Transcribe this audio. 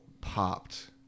popped